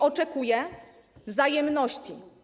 Oczekuję wzajemności.